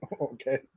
Okay